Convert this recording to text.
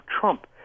Trump